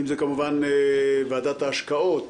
אם זה, כמובן, ועדת ההשקעות,